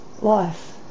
Life